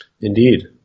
Indeed